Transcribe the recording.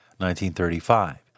1935